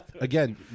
Again